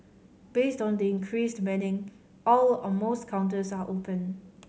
based on the increased manning all or most counters are open